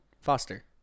Foster